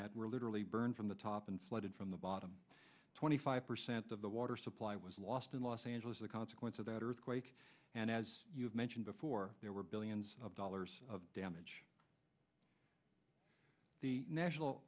at were literally burned from the top and flooded from the bottom twenty five percent of the water supply was lost in los angeles the consequence of that earthquake and as you have mentioned before there were billions of dollars of damage the national